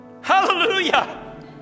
hallelujah